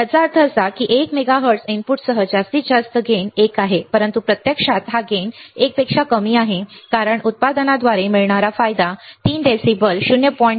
याचा अर्थ असा की एका मेगा हर्ट्झ इनपुटसह जास्तीत जास्त गेन 1 आहे परंतु प्रत्यक्षात हा गेन 1 पेक्षा कमी आहे कारण उत्पादनाद्वारे मिळणारा फायदा तीन dB डेसिबल 0